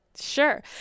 Sure